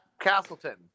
Castleton